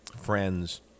friends